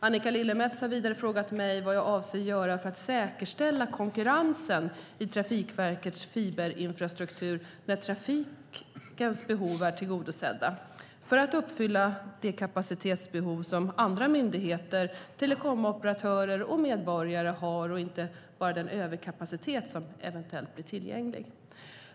Annika Lillemets har vidare frågat mig vad jag avser att göra för att säkerställa konkurrensen i Trafikverkets fiberinfrastruktur, när trafikens behov är tillgodosedda, för att uppfylla det kapacitetsbehov som andra myndigheter, telekomoperatörer och medborgare har och inte bara den överkapacitet som eventuellt blir tillgänglig.